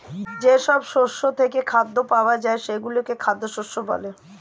যেসব শস্য থেকে খাদ্য পাওয়া যায় সেগুলোকে খাদ্য শস্য বলে